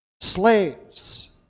slaves